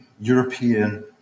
European